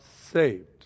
saved